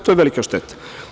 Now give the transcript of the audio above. To je velika šteta.